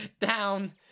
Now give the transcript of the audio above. down